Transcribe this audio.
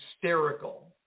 hysterical